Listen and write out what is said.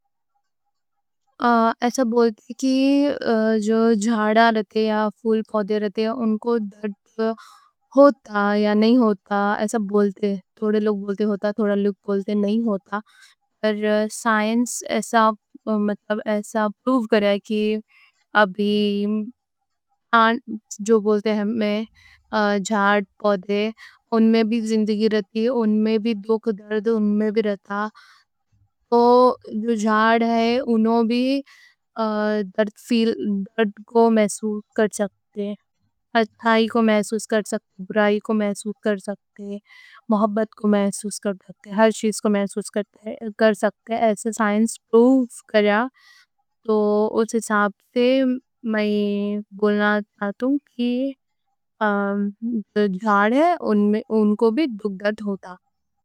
ایسا بولتے ہیں کہ جو جھاڑ رہتے یا پھول پودے رہتے اُن کو درد ہوتا یا نہیں ہوتا ایسا بولتے ہیں تھوڑے۔ لوگ بولتے ہوتا، تھوڑا لوگ بولتے نہیں ہوتا، پر ایسا پروف کریا کہ جو جھاڑ رہتے یا پھول پودے رہتے اُن میں بھی زندگی رہتی، اُن میں بھی دُکھ درد رہتا۔ جو جھاڑ ہے اُنوں بھی محسوس کر سکتے، درد کو محسوس کر سکتے، دُکھ کو محسوس کر سکتے، اچھائی کو محسوس کر سکتے، بُرائی کو محسوس کر سکتے، محبت کو محسوس کر سکتے۔ ہر چیز کو محسوس کر سکتے۔ تو سائنس پروف کریا، اُس حساب سے میں بولنا چاہتوں کہ جو جھاڑ ہے اُن کو بھی دُکھ ہوتا۔